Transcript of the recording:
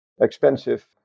expensive